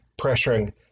pressuring